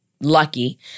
lucky